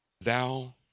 Thou